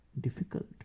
difficult